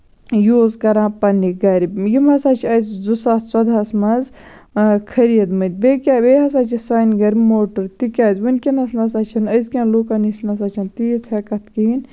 یہِ اوس کران پَنٕنہِ گرِ یِم ہسا چھِ اَسہِ زٕ ساس ژۄدہَس منٛز پَگہہ خٔریٖد مٕتۍ بیٚیہِ کیاہ بیٚیہِ ہسا چھِ سانہِ گرِ موٹر تِکیازِ ؤنکیٚن نہ سا چھِ نہٕ أزکین لُکَن نش نہ سا چھےٚ نہٕ تیٖژ ہیٚکَتھ کہیٖنٛۍ